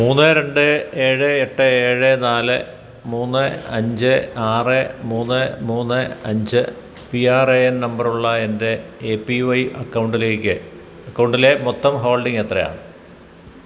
മുന്ന് രണ്ട് ഏഴ് എട്ട് ഏഴ് നാല് മുന്ന് അഞ്ച് ആറ് മൂന്ന് മുന്ന് അഞ്ച് പി ആർ എ എൻ നമ്പറുള്ള എൻ്റെ എ പി വൈ അക്കൗണ്ടിലേക്ക് അക്കൗണ്ടിലെ മൊത്തം ഹോൾഡിംഗ് എത്രയാണ്